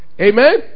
Amen